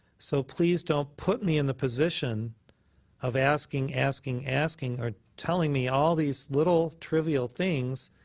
so please don't put me in the position of asking, asking, asking or telling me all these little trivial things,